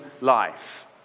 life